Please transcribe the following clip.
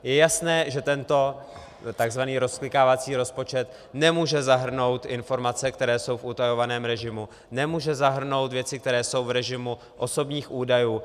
Je jasné, že tento tzv. rozklikávací rozpočet nemůže zahrnout informace, které jsou v utajovaném režimu, nemůže zahrnout věci, které jsou v režimu osobních údajů.